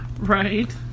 Right